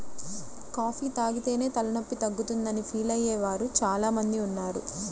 coffee తాగితేనే తలనొప్పి తగ్గుతుందని ఫీల్ అయ్యే వారు చాలా మంది ఉన్నారు